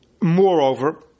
Moreover